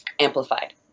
amplified